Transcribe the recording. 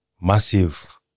massive